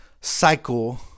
cycle